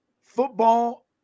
Football